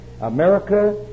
America